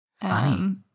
funny